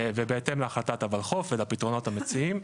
ובהתאם להחלטת --- חוף ולפתרונות המציעים.